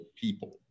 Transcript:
people